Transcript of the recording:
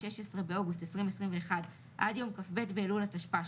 16 באוגוסט 2021 עד יום כ"ב באלול התשפ"א,